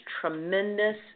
tremendous